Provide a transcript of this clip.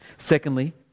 Secondly